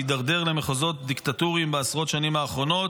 שהתדרדר למחוזות דיקטטוריים בעשרות השנים האחרונות.